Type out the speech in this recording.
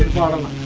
bottom